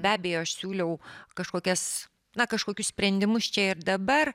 be abejo aš siūliau kažkokias na kažkokius sprendimus čia ir dabar